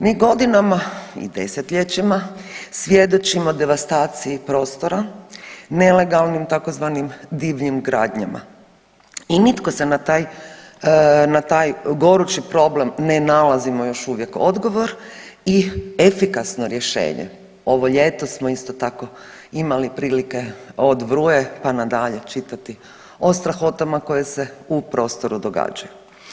Mi godinama i desetljećima svjedočimo devastaciji prostora, nelegalnim tzv. divljim gradnjama i nitko se na taj, na taj gorući problem ne nalazimo još uvijek odgovor i efikasno rješenje, ovo ljeto smo isto tako imali prilike od Vruje pa na dalje čitati o strahotama koje se u prostoru događaju.